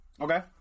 Okay